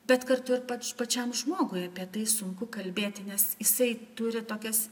bet kartu ir pačiam žmogui apie tai sunku kalbėti nes jisai turi tokias